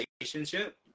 relationship